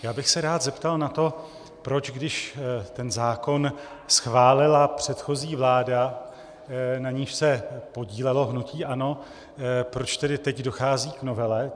Já bych se rád zeptal na to, proč když ten zákon schválila předchozí vláda, na níž se podílelo hnutí ANO, proč tedy teď dochází k novele.